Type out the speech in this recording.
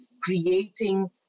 creating